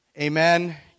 Amen